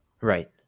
Right